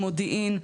מודיעין,